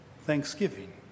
Thanksgiving